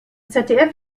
zdf